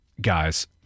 Guys